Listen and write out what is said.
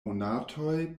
monatoj